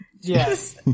Yes